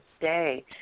day